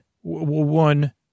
one